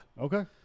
Okay